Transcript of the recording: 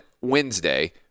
Wednesday